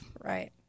right